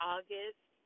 August